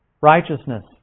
righteousness